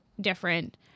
different